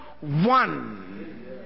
one